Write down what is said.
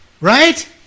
Right